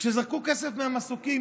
כשזרקו כסף ממסוקים,